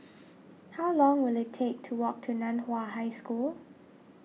how long will it take to walk to Nan Hua High School